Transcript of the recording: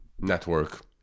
network